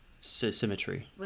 Symmetry